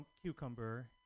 cucumber